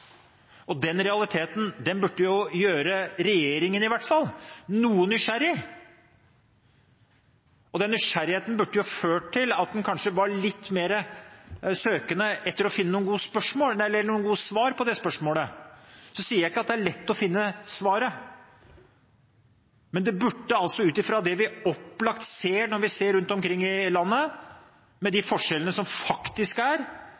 Den realiteten burde gjøre i hvert fall regjeringen noe nysgjerrig, og den nysgjerrigheten burde ført til at en kanskje var litt mer søkende etter å finne noen gode svar på det spørsmålet. Jeg sier ikke at det er lett å finne svaret, men ut fra det vi ser rundt omkring i landet, med de forskjellene som faktisk er